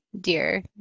dear